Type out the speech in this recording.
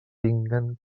tinguen